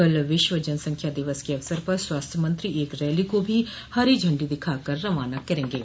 कल विश्व जनसंख्या दिवस के अवसर पर स्वास्थ्य मंत्री एक रैली को भी हरी झंडी दिखाकर रवाना करेंगे